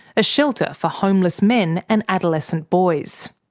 a shelter for homeless men and adolescent boys.